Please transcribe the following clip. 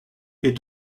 est